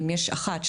אם יש אחת,